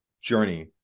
journey